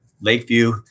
Lakeview